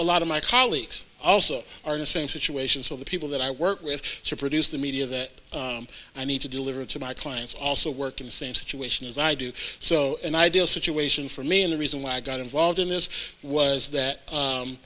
a lot of my colleagues also are in the same situation so the people that i work with to produce the media that i need to deliver to my clients also work in the same situation as i do so an ideal situation for me and the reason why i got involved in this was that